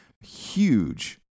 huge